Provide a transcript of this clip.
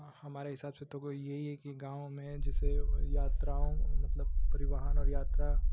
हाँ हमारे हिसाब से तो वही यही है कि गाँव में जैसे यात्राओं मतलब परिवहन और यात्रा